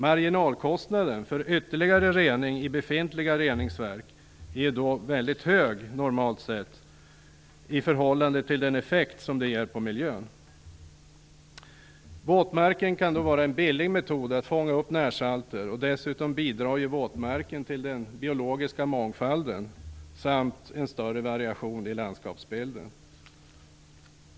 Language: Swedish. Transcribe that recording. Marginalkostnaden för ytterligare rening i befintliga reningsverk är normalt sett väldigt hög i förhållande till den effekt det ger på miljön. Våtmarken kan vara en billig metod att fånga upp närsalter. Dessutom bidrar våtmarken till den biologiska mångfalden samt till en större variation i landskapsbilden.